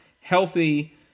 healthy